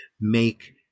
make